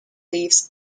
leaves